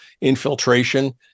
infiltration